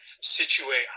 situate